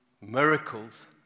miracles